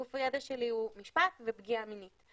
גוף הידע שלי הוא משפט ופגיעה מינית,